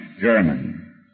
German